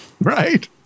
Right